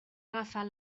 agafar